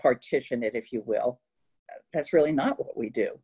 partition it if you will that's really not what we do